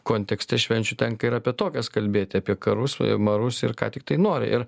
kontekste švenčių tenka ir apie tokias kalbėti apie karus marus ir ką tiktai nori ir